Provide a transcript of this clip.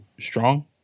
strong